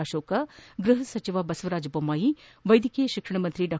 ಅಶೋಕ್ ಗ್ರಹ ಸಚಿವ ಬಸವರಾಜ ಬೊಮ್ನಾಯಿ ವೈದ್ಯಕೀಯ ಶಿಕ್ಷಣ ಸಚಿವ ಡಾ